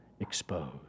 exposed